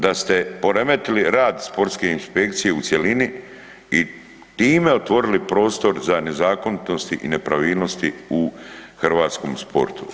Da ste poremetili rad sportske inspekcije u cjelini i time otvorili prostor za nezakonitosti i nepravilnosti u hrvatskom sportu.